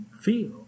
feel